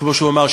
כמו שהוא אמר,